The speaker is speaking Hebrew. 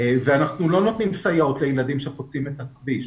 ואנחנו לא נותנים סייעות לילדים שחוצים את הכביש.